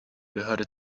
behörde